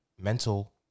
mental